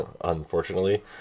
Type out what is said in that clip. unfortunately